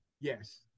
Yes